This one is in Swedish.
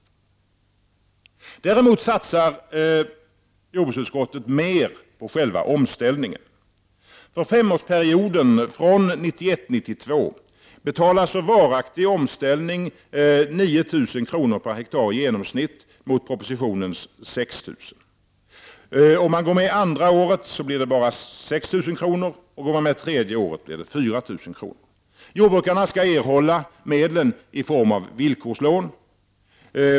Däremot satsar jordbruksutskottet mer på själva omställningen. För femårsperioden från 1991 ha i genomsnitt mot propositionens 6 000 kr./ha. Om man går med andra året blir det bara 6 000 kr. och går man med tredje året 4 000 kr. Jordbrukarna skall erhålla medlen i form av villkorslån.